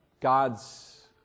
God's